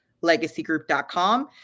LegacyGroup.com